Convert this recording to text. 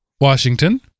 Washington